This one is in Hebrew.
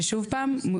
שוב פעם,